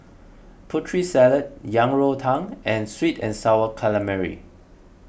Putri Salad Yang Rou Tang and Sweet and Sour Calamari